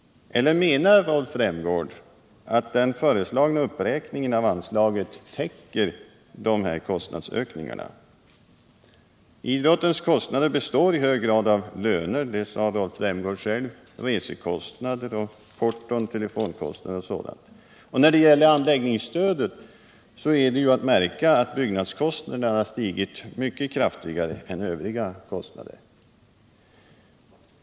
Eller menar Rolf Rämgård att den föreslagna uppräkningen av anslaget täcker dessa kostnadsökningar? Idrottens kostnader består i hög grad av löner —det sade Rolf Rämgård själv —, resekostnader, porton, telefonkostnader och sådant. Och när det gäller anläggningsstödet är att märka att byggkostnaderna stigit mycket kraftigare än övriga kostnader.